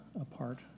apart